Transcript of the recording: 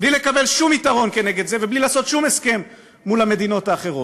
בלי לקבל שום יתרון כנגד זה ובלי לעשות שום הסכם מול המדינות האחרות.